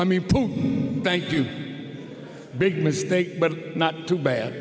on me thank you big mistake but not too bad